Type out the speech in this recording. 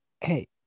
hey